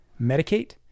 medicate